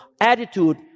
attitude